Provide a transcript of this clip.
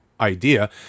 idea